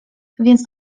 więc